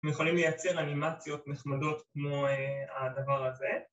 הם יכולים לייצר אנימציות נחמדות כמו אה... הדבר הזה